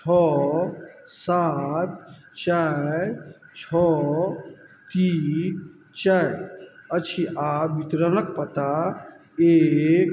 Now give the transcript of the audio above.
छओ सात चारि छओ तीन चारि अछि आ वितरण पता एक